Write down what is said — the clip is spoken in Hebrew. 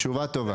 תשובה טובה.